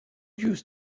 used